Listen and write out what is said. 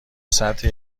سطح